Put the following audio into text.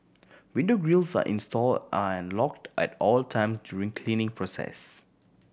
window grilles are installed and locked at all time during cleaning process